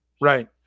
right